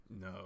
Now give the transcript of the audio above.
no